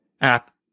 app